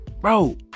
Bro